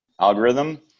algorithm